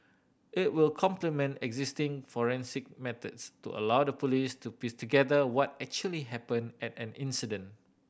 it will complement existing forensic methods to allow the Police to piece together what actually happened at an incident